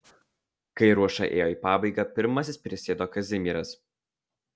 kai ruoša ėjo į pabaigą pirmasis prisėdo kazimieras